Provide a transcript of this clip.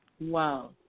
Wow